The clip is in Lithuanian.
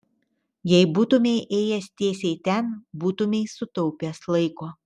jei būtumei ėjęs tiesiai ten būtumei sutaupęs laiko